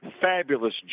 Fabulous